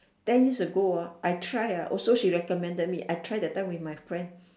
ten years ago ah I try ah also she recommended me I try that time with my friend